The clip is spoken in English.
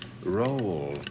Roll